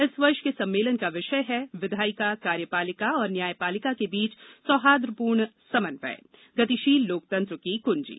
इस वर्ष के सम्मेलन का विषय है विधायिका कार्यपालिका और न्यायपालिका के बीच सौहार्द्रपूर्ण समन्वय गतिशील लोकतंत्र की कृंजी